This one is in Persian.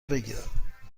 بگیرم